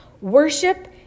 Worship